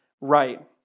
right